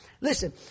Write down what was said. Listen